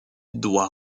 doit